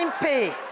pay